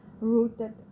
rooted